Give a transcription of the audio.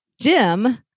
Jim